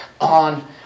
on